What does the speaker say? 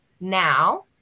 now